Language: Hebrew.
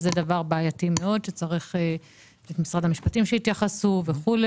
זה דבר בעייתי מאוד שצריך משרד המשפטים שיתייחסו וכו',